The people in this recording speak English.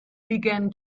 began